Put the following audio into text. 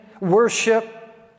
worship